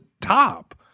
top